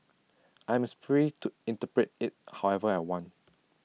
I'm free to interpret IT however I want